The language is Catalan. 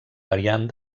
variant